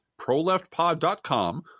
proleftpod.com